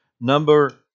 Number